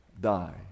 die